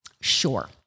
Sure